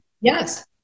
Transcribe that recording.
Yes